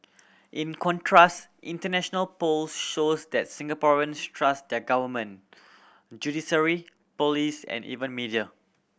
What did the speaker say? in contrast international polls shows that Singaporeans trust their government judiciary police and even media